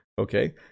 okay